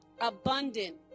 abundant